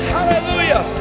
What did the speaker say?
Hallelujah